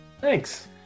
thanks